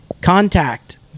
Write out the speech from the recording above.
contact